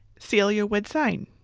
seal your wood sign.